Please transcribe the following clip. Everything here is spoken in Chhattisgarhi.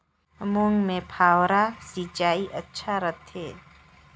मूंग मे फव्वारा सिंचाई अच्छा रथे?